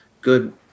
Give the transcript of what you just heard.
good